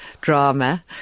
drama